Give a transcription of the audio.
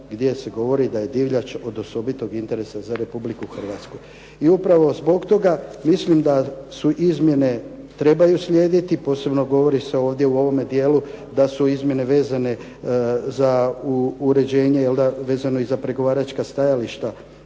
gdje se govori da je divljač od osobitog interesa za Republiku Hrvatsku. I upravo zbog toga mislim da izmjene trebaju slijediti, posebno govori se ovdje u ovome dijelu da su izmjene vezane za uređenje vezano i za pregovaračka stajališta,